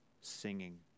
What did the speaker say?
singing